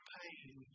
pain